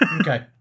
okay